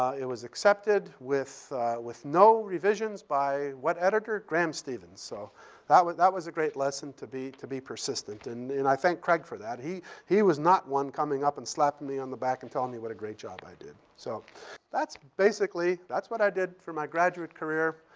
it was accepted with with no revisions by what editor? graeme stephens. so that was a was a great lesson to be to be persistent, and and i thank craig for that. he he was not one coming up and slapping me on the back and telling me what a great job i did. so that's basically that's what i did for my graduate career.